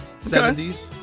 70s